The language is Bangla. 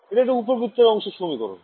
এটা একটা উপবৃত্তের অংশের সমীকরণ